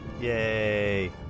Yay